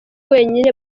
wenyine